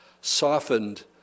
softened